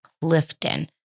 Clifton